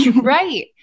Right